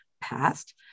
passed